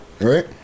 right